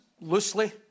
loosely